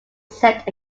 set